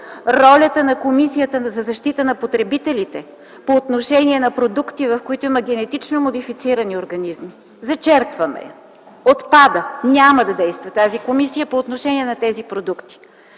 ролята на Комисията за защита на потребителите по отношение на продукти, в които има генетично модифицирани организми, зачеркваме я, отпада, няма да действа тази комисия по отношение на тези продукти.